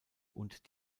und